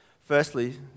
Firstly